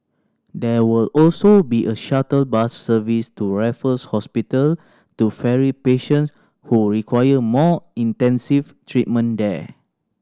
there will also be a shuttle bus service to Raffles Hospital to ferry patients who require more intensive treatment there